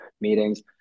meetings